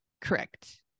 Correct